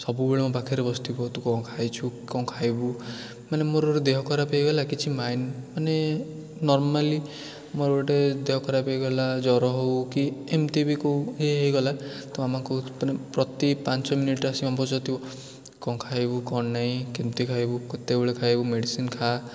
ସବୁବେଳେ ମୋ ପାଖରେ ବସିଥିବ କି ତୁ କ'ଣ ଖାଇଛୁ କ'ଣ ଖାଇବୁ ମାନେ ମୋର ଗୋଟେ ଦେହ ଖରାପ ହେଇଗଲା କିଛି ମାନେ ନର୍ମାଲି ମୋର ଗୋଟେ ଦେହ ଖରାପ ହେଇଗଲା ଜ୍ୱର ହଉ କି ଏମିତି କେଉଁ ଇଏ ହେଇଗଲା ତ ଆମକୁ ପ୍ରତି ପାଞ୍ଚ ମିନିଟ୍ରେ ଆସି ମାମା ପଚାରୁଥିବ କ'ଣ ଖାଇବୁ କ'ଣ ନାଇଁ କେମିତି ଖାଇବୁ କେତେବେଳେ ଖାଇବୁ ମେଡ଼ିସିନ୍ ଖାଆ